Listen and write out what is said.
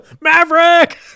maverick